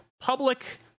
public